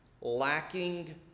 lacking